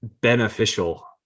beneficial